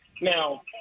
Now